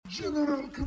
General